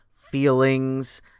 feelings